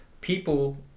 people